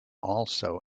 also